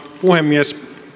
puhemies